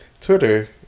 Twitter